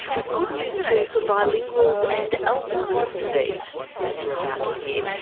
with good news too for bilinguals and alzheimer's disease as you're about to hear.